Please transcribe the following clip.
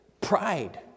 pride